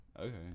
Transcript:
Okay